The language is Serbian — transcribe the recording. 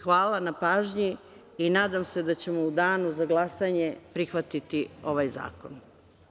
Hvala na pažnji i nadam se da ćemo u Danu za glasanje prihvatiti ovaj zakon.